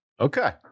okay